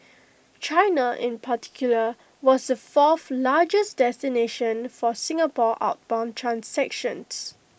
China in particular was the fourth largest destination for Singapore outbound transactions